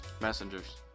Messengers